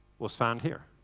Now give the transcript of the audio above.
was found here